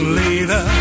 later